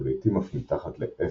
ולעיתים אף מתחת ל-0°C.